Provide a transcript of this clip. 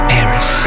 Paris